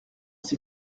ces